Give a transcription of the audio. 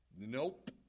nope